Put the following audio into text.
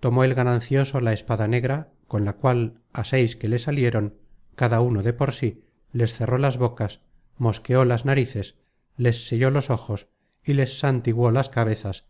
tomó el ganancioso la espada negra con la cual á seis que le salieron cada uno de por sí les cerró las bocas mosqueó las narices les selló los ojos y les santiguó las cabezas